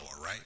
right